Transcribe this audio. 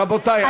רבותי,